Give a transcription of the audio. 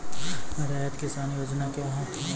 रैयत किसान योजना क्या हैं?